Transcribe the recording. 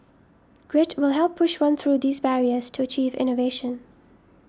grit will help push one through these barriers to achieve innovation